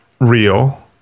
real